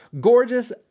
Gorgeous